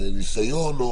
הניסיון.